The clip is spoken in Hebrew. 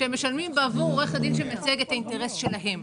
שהם משלמים עבור עורך הדין שמייצג את האינטרס שלהם.